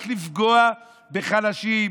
רק לפגוע בחלשים,